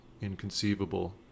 inconceivable